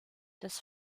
des